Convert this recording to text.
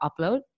upload